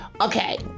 Okay